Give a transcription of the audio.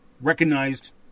recognized